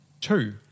two